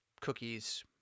cookies